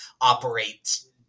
operates